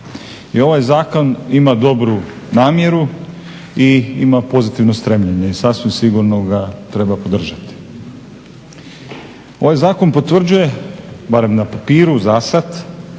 i ovaj zakon ima dobru namjeru i ima pozitivno stremljenje i sasvim sigurno ga treba podržati. Ovaj zakon potvrđuje barem na papiru za sada